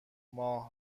ماه